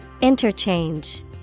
Interchange